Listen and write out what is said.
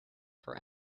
for